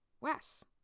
Wes